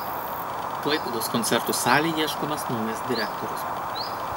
klaipėdos koncertų salei ieškomas naujas direktorius